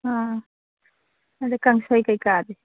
ꯑꯥ ꯑꯗꯣ ꯀꯥꯡꯁꯣꯏ ꯀꯩꯀꯥꯗꯤ